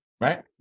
Right